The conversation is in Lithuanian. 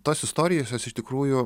tos istorijos jos iš tikrųjų